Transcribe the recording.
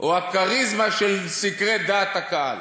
או הכריזמה של סקרי דעת הקהל.